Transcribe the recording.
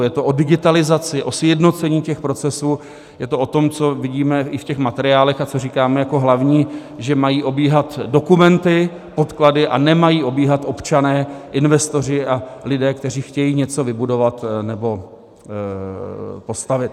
Je to o digitalizaci, o sjednocení procesů, je to o tom, co vidíme i v materiálech a co říkáme jako hlavní, že mají obíhat dokumenty, podklady a nemají obíhat občané, investoři a lidé, kteří chtějí něco vybudovat nebo postavit.